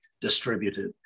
distributed